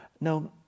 Now